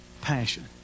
passion